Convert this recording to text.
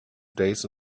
days